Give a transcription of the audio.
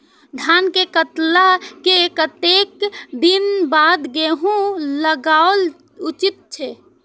धान के काटला के कतेक दिन बाद गैहूं लागाओल उचित छे?